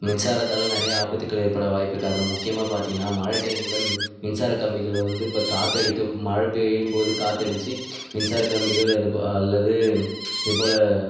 மின்சாரத்தால் நிறைய ஆபத்துக்கள் ஏற்பட வாய்ப்பிருக்கு அதில் முக்கியமாக பார்த்தீங்கன்னா மழை டைமில் மின்சாரக்கம்பிகள் வந்து இப்போ காற்றடிக்கும் மழை பெய்யும் போது காற்றடிச்சு மின்சார கம்பிகள் அது அல்லது இது போல்